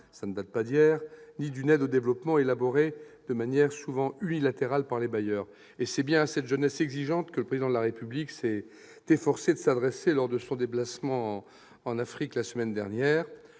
qui ne date pas d'hier -ni d'une aide au développement élaborée souvent de manière unilatérale par les bailleurs. C'est bien à cette jeunesse exigeante que le Président de la République s'est efforcé de s'adresser lors de son déplacement en Afrique, la semaine dernière.